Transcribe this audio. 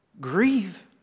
grieve